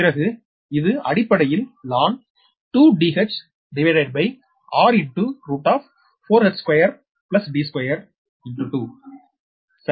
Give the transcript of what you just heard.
பிறகு இது அடிப்படையில் ln 2Dhr4h2 D22 சரி